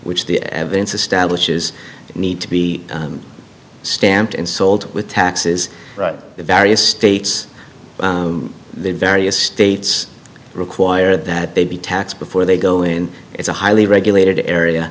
which the evidence establishes need to be stamped and sold with taxes various states the various states require that they be taxed before they go in it's a highly regulated area